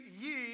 ye